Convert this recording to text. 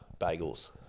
bagels